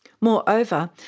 Moreover